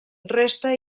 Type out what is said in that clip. resta